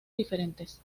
diferentes